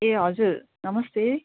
ए हजुर नमस्ते